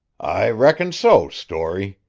i reckon so, storey.